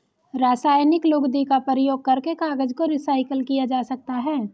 रासायनिक लुगदी का प्रयोग करके कागज को रीसाइकल किया जा सकता है